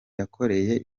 yakoreye